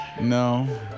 No